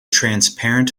transparent